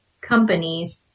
companies